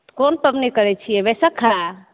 कोन पवनी करै छियै बैसखा